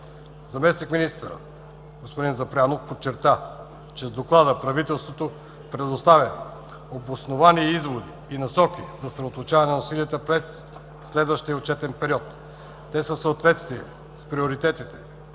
Заместник-министърът господин Запрянов подчерта, че с Доклада правителството предоставя обосновани изводи и насоки за съсредоточаване на усилията през следващия отчетен период. Те са в съответствие с приоритетите